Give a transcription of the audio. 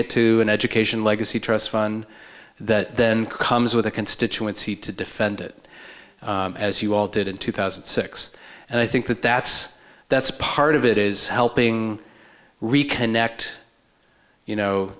it to an education legacy trust fund that then comes with a constituency to defend it as you all did in two thousand and six and i think that that's that's part of it is helping reconnect you